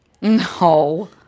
No